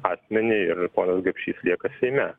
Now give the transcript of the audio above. asmenį ir ponas gapšys lieka seime